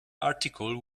article